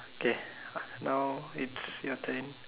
okay now it's your turn